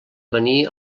venir